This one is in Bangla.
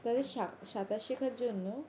তাদের সা সাঁতার শেখার জন্য